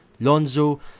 Lonzo